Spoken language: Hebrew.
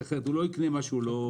כי הרי הוא לא יקנה את מה שהוא לא רוצה.